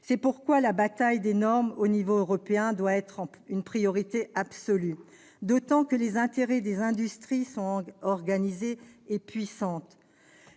? La bataille des normes au niveau européen doit être une priorité absolue, d'autant que les intérêts des industries sont organisés et puissants.